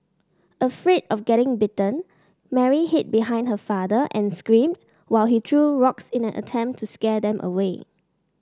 afraid of getting bitten Mary hid behind her father and screamed while he threw rocks in an attempt to scare them away